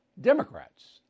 Democrats